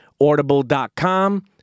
Audible.com